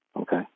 Okay